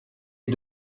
est